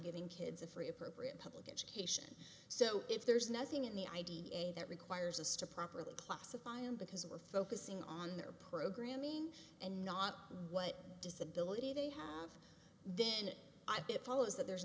giving kids a free appropriate public education so if there's nothing in the i d e a that requires us to properly classify him because we're focusing on their programming and not what disability they have then i bit follows that there is